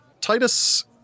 Titus